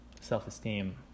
self-esteem